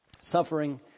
suffering